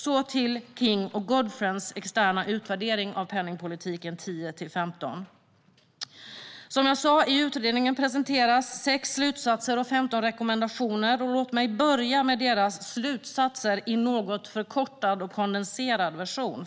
Så till Kings och Goodfriends externa utvärdering av penningpolitiken 2010-2015. I utredningen presenteras som sagt sex slutsatser och 15 rekommendationer. Låt mig börja med slutsatserna i något förkortad och kondenserad version.